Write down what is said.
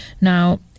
now